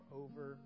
over